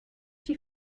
die